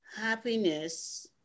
happiness